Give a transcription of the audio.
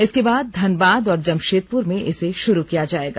इसके बाद धनबाद और जमशेदपुर में इसे शुरू किया जाएगा